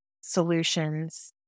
solutions